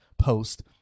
post